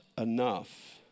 enough